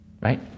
right